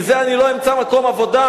בגלל זה אני לא אמצא מקום עבודה.